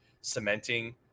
cementing